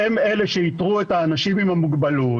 שהם אלה שאיתרו את האנשים עם המוגבלות